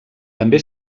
també